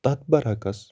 تَتھ بَرعکٕس